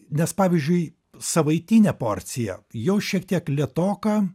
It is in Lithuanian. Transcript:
nes pavyzdžiui savaitinė porcija jau šiek tiek lėtoka